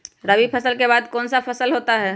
रवि फसल के बाद कौन सा फसल होता है?